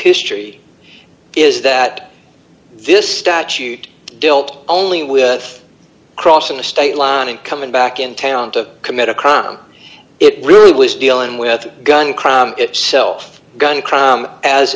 history is that this statute guilt only with crossing the state line and coming back in town to commit a crime it really was dealing with the gun crime itself gun